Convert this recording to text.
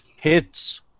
hits